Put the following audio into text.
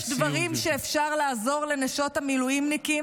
יש דברים שאפשר לעזור בהם לנשות המילואימניקים.